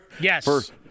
Yes